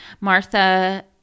Martha